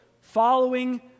following